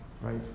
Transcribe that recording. right